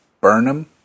Burnham